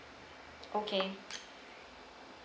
okay